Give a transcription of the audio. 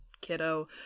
kiddo